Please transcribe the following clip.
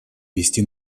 вести